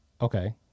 Okay